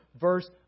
verse